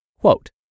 quote